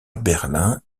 berlin